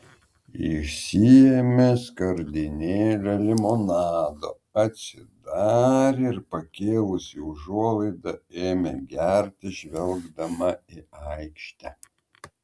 išsiėmė skardinėlę limonado atsidarė ir pakėlusi užuolaidą ėmė gerti žvelgdama į aikštę